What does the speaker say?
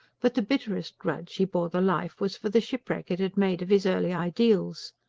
but the bitterest grudge he bore the life was for the shipwreck it had made of his early ideals.